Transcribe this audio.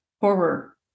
horror